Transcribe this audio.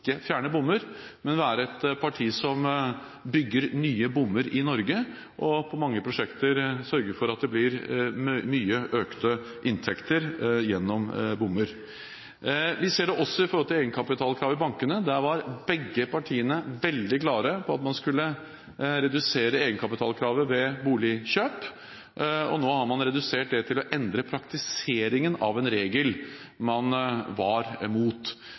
fjerne bommer, men være et parti som bygger nye bommer i Norge, og i mange prosjekter sørger for at det blir mye økte inntekter gjennom bommer. Vi ser det også i forhold til egenkapitalkravet til bankene. Begge partiene var veldig klare på at man skulle redusere egenkapitalkravet ved boligkjøp. Nå har man redusert det til å endre praktiseringen av en regel man var